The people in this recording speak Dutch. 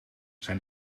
zijn